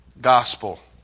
Gospel